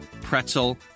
pretzel